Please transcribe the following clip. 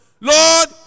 Lord